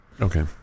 Okay